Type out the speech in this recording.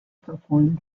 performed